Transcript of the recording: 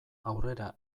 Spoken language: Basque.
aurrera